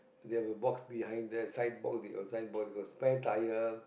they have a box behind there side box they got side box they got spare tyre